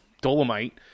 Dolomite